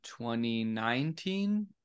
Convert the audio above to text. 2019